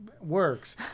works